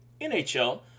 NHL